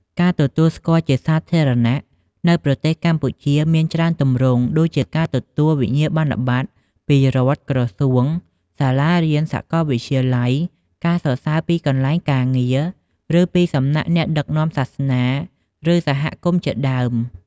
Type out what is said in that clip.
ការទទួលស្គាល់់ជាសាធារណៈនៅប្រទេសកម្ពុជាមានច្រើនទម្រង់ ដូចជាការទទួលវិញ្ញាបនបត្រពីរដ្ឋ ក្រសួង សាលារៀន សកលវិទ្យាល័យ ការសរសើរពីកន្លែងការងារ ឬពីសំណាក់អ្នកដឹកនាំសាសនា ឬ សហគមន៍ជាដើម។